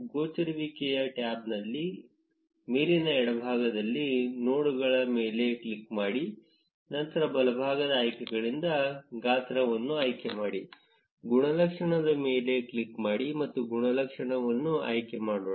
ಗೋಚರಿಸುವಿಕೆಯ ಟ್ಯಾಬ್ನಲ್ಲಿ ಮೇಲಿನ ಎಡಭಾಗದಲ್ಲಿ ನೋಡ್ಗಳ ಮೇಲೆ ಕ್ಲಿಕ್ ಮಾಡಿ ನಂತರ ಬಲಭಾಗದ ಆಯ್ಕೆಗಳಿಂದ ಗಾತ್ರವನ್ನು ಆಯ್ಕೆಮಾಡಿ ಗುಣಲಕ್ಷಣದ ಮೇಲೆ ಕ್ಲಿಕ್ ಮಾಡಿ ಮತ್ತು ಗುಣಲಕ್ಷಣವನ್ನು ಆಯ್ಕೆ ಮಾಡೋಣ